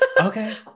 Okay